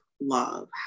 love